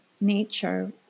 nature